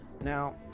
now